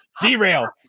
Derail